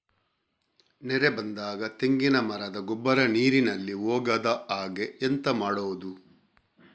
ನೆರೆ ಬಂದಾಗ ತೆಂಗಿನ ಮರದ ಗೊಬ್ಬರ ನೀರಿನಲ್ಲಿ ಹೋಗದ ಹಾಗೆ ಎಂತ ಮಾಡೋದು?